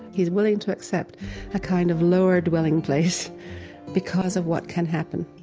he's willing to accept a kind of lower dwelling place because of what can happen